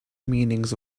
meanings